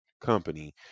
company